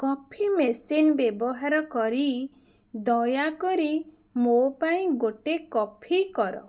coffee machine ବ୍ୟବହାର କରି ଦୟା କରି ମୋ ପାଇଁ ଗୋଟେ କଫି କର